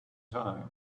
time